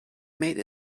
made